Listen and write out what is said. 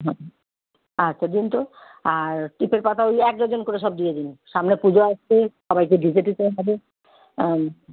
আচ্ছা দিন তো আর টিপের পাতা ওই এক ডজন করে সব দিয়ে দিন সামনে পুজো আসছে সবাইকে দিতে টিতে হবে